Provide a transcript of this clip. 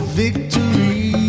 victory